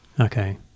Okay